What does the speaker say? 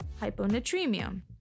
hyponatremia